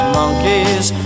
monkeys